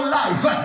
life